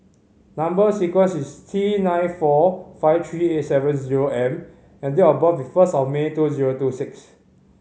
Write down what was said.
number sequence is T nine four five three eight seven zero M and date of birth is first of May two zero two six